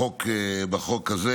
בחוק הזה.